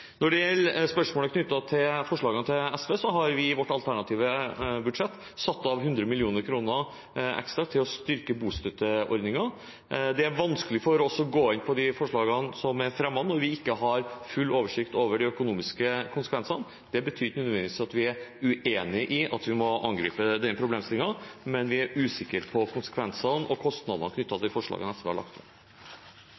Når det gjelder spørsmålet knyttet til forslagene til SV, har vi i vårt alternative budsjett satt av 100 mill. kr ekstra til å styrke bostøtteordningen. Det er vanskelig for oss å gå inn på de forslagene som er fremmet, når vi ikke har full oversikt over de økonomiske konsekvensene. Det betyr ikke nødvendigvis at vi er uenig i at vi må angripe den problemstillingen, men vi er usikre på konsekvensene og kostnadene